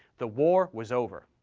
the war was over.